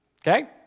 Okay